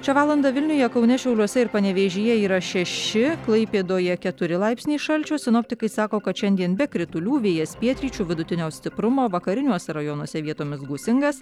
šią valandą vilniuje kaune šiauliuose ir panevėžyje yra šeši klaipėdoje keturi laipsniai šalčio sinoptikai sako kad šiandien be kritulių vėjas pietryčių vidutinio stiprumo vakariniuose rajonuose vietomis gūsingas